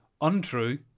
untrue